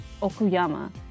Okuyama